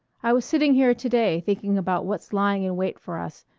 i was sitting here to-day thinking about what's lying in wait for us,